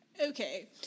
okay